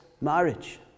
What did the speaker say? marriage